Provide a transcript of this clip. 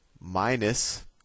minus